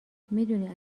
میدونی